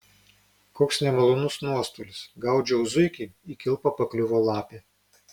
koks nemalonus nuostolis gaudžiau zuikį į kilpą pakliuvo lapė